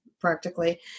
practically